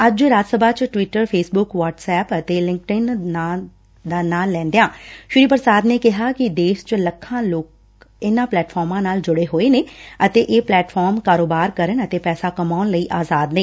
ਅੱਜ ਰਾਜ ਸਭਾ ਚ Twitter Facebook WhatsApp ਅਤੇ ਲਿੰਕਡਇਨ ਦਾ ਨਾਂ ਲੈਂਦਿਆਂ ਸ੍ਰੀ ਪ੍ਰਸਾਦ ਨੇ ਕਿਹਾ ਕਿ ਦੇਸ਼ ਚ ਲੱਖਾਂ ਲੋਕ ਇਨਾਂ ਪਲੈਟਫਾਰਮਾਂ ਨਾਲ ਜੁਤੇ ਹੋਏ ਨੇ ਅਤੇ ਇਹ ਪਲੈਟਫਾਰਮ ਕਾਰੋਬਾਰ ਕਰਨ ਅਤੇ ਪੈਸਾ ਕਮਾਉਣ ਲਈ ਆਜ਼ਾਦ ਨੇ